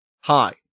Hi